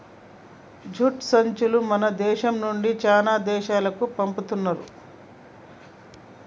jute సంచులు మన దేశం నుండి చానా దేశాలకు పంపుతున్నారు